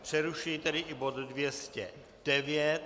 Přerušuji tedy i bod 209.